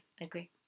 agree